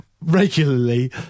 regularly